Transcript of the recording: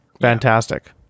Fantastic